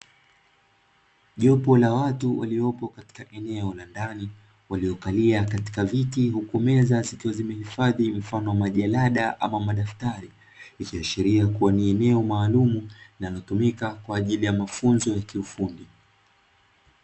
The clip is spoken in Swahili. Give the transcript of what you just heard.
Jopo la watu waliopo katika eneo la ndani waliokalia katika viti, huku meza zikiwa zimehifadhi mifano ya majalada ama madaftari, ikiashiria kuwa ni eneo maalumu linalotumika kwa ajili ya mafunzo ya kiufundi.